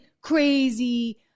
crazy